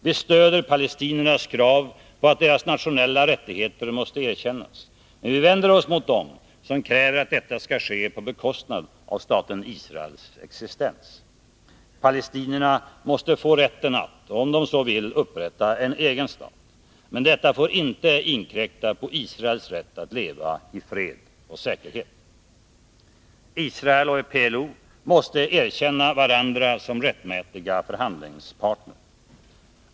Vi stöder palestiniernas krav på att deras nationella rättigheter måste erkännas, men vi vänder oss mot dem som kräver att detta skall ske på bekostnad av staten Israels existens. Palestinierna måste få rätten att, om de så vill, upprätta en egen stat. Men detta får inte inkräkta på Israels rätt att leva i fred och säkerhet. Israel och PLO måste erkänna varandra som rättmätiga förhandlingsparter.